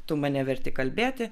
tu mane verti kalbėti